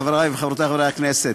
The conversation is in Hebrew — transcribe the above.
חברי וחברותי חברי הכנסת,